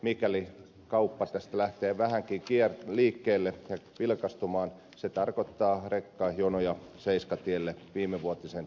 mikäli kauppa tästä lähtee vähänkin liikkeelle ja vilkastumaan se tarkoittaa rekkajonoja seiskatielle viimevuotiseen tapaan